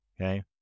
Okay